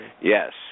Yes